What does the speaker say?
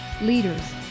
leaders